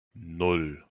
nan